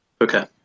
Okay